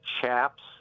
chaps